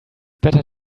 better